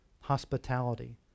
hospitality